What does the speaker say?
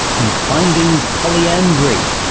and finding polyandry.